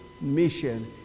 mission